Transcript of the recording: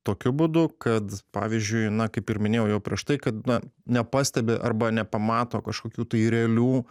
tokiu būdu kad pavyzdžiui na kaip ir minėjau jau prieš tai kad na nepastebi arba nepamato kažkokių tai realių